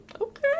okay